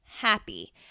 happy